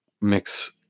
mix